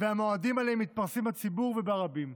והמועדים עליהם מתפרסמים בציבור וברבים.